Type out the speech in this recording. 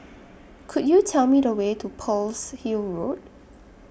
Could YOU Tell Me The Way to Pearl's Hill Road